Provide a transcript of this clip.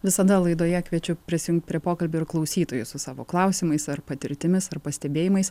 visada laidoje kviečiu prisijungt prie pokalbio ir klausytojus savo klausimais ar patirtimis ar pastebėjimais